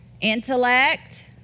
intellect